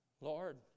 Lord